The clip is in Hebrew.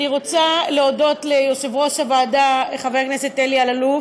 אני רוצה להודות ליושב-ראש הוועדה חבר הכנסת אלי אלאלוף,